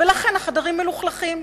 ולכן החדרים מלוכלכים.